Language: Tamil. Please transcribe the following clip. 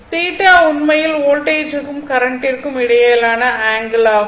θ உண்மையில் வோல்ட்டேஜுக்கும் கரண்ட்டிற்கும் இடையிலான ஆங்கிள் ஆகும்